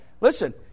Listen